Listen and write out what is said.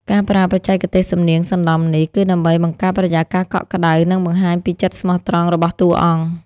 ការប្រើបច្ចេកទេសសំនៀងសណ្តំនេះ គឺដើម្បីបង្កើតបរិយាកាសកក់ក្តៅ និងបង្ហាញពីចិត្តស្មោះត្រង់របស់តួអង្គ។